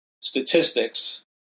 statistics